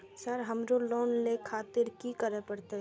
Sir हमरो loan ले खातिर की करें परतें?